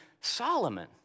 Solomon